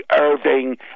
Irving